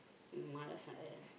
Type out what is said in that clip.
mother side leh